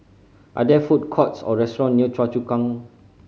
are there food courts or restaurant near Choa Chu Kang